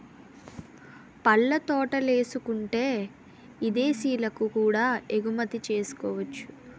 పళ్ళ తోటలేసుకుంటే ఇదేశాలకు కూడా ఎగుమతి సేసుకోవచ్చును